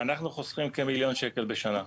אנחנו חוסכים כמיליון שקל בשנה.